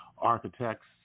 architects